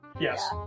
Yes